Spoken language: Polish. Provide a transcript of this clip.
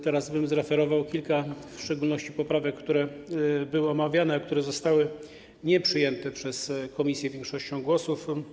Teraz zreferowałbym w szczególności kilka poprawek, które były omawiane, a które zostały nieprzyjęte przez komisję większością głosów.